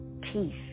peace